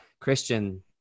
Christian